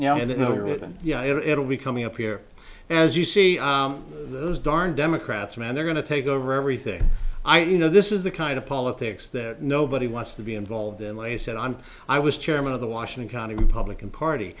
you know in the written yeah it'll be coming up here as you see those darn democrats and they're going to take over everything i you know this is the kind of politics that nobody wants to be involved in lay said i'm i was chairman of the washington county republican party